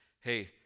hey